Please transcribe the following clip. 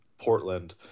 Portland